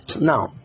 Now